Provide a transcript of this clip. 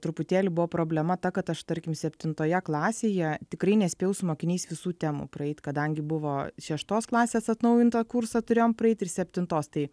truputėlį buvo problema ta kad aš tarkim septintoje klasėje tikrai nespėjau su mokiniais visų temų praeit kadangi buvo šeštos klasės atnaujintą kursą turėjom praeit ir septintos tai